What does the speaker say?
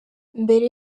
mbere